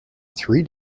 three